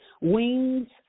Wings